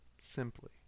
simply